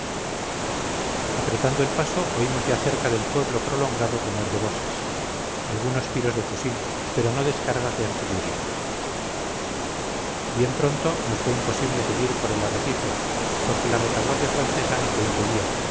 apretando el paso oímos ya cerca del pueblo prolongado rumor de voces algunos tiros de fusil pero no descargas de artillería bien pronto nos fue imposible seguir por el arrecife porque la retaguardia francesa nos lo impedía